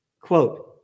Quote